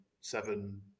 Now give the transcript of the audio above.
seven